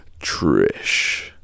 Trish